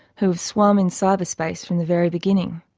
who have swum in cyberspace from the very beginning?